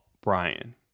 Brian